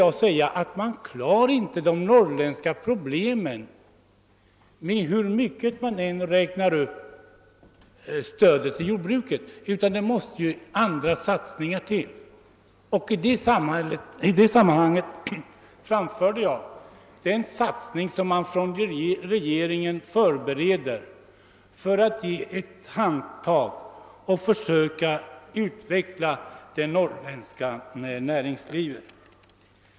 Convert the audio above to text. I det sammanhanget ville jag säga att hur mycket man än räknar upp stödet till jordbruket så klarar man inte av de norrländska problemen. Andra satsningar måste göras, och därför nämnde jag den satsning som nu förbereds av regeringen för att försöka utveckla det norrländska näringslivet.